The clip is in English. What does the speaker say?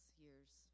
years